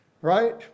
right